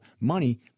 money